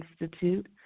Institute